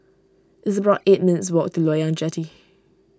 it's about eight minutes' walk to Loyang Jetty